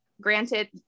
Granted